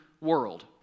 world